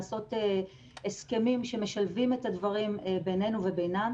לעשות הסכמים שמשלבים את הדברים בינינו ובינם.